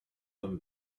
them